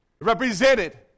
represented